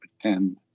pretend